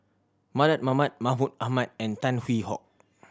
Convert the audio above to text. Mardan Mamat Mahmud Ahmad and Tan Hwee Hock